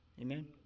Amen